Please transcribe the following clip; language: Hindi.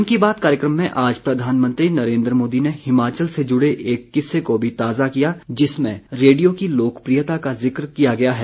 मन की बात कार्यक्रम में आज प्रधानमंत्री नरेन्द्र मोदी ने हिमाचल से जुड़े एक किस्से को भी ताज़ा किया जिसमें रेडियो की लोकप्रियता का ज़िक्र किया गया है